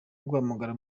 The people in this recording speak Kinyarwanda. kuguhamagara